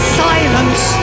silence